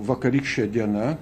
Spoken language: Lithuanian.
vakarykštė diena